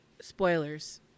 spoilers